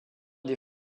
des